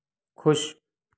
खुश